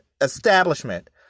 establishment